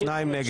שניים נגד.